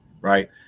right